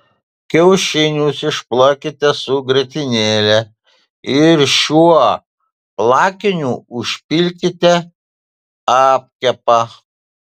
kiaušinius išplakite su grietinėle ir šiuo plakiniu užpilkite apkepą